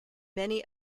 many